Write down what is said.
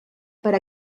per